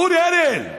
אורי אריאל,